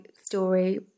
story